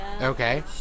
Okay